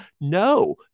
no